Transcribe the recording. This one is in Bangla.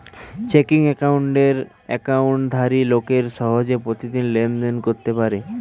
চেকিং অ্যাকাউন্টের অ্যাকাউন্টধারী লোকেরা সহজে প্রতিদিন লেনদেন করতে পারে